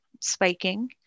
spiking